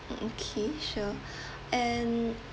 okay sure and